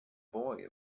boy